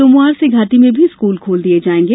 सोमवार से घांटी में भी स्कूल खोल दिये जाएगे